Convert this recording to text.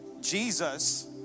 Jesus